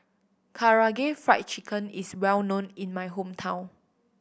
Karaage Fried Chicken is well known in my hometown